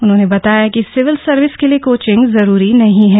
उन्होंने बताया कि सिविल सर्विस के लिए कोचिंग जरूरी नहीं है